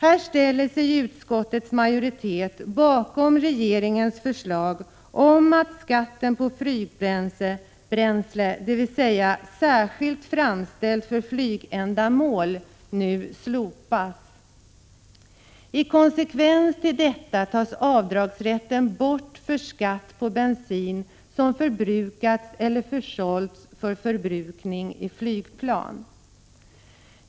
Här ställer sig utskottets majoritet bakom regeringens förslag om att skatten på flygbränsle — dvs. bränsle särskilt framställt för flygändamål — nu slopas. I konsekvens med detta tas avdragsrätten bort för skatt på bensin som förbrukats eller försålts för förbrukning i flygplan.